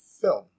film